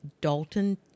Dalton